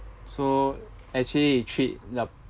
so actually it treat the~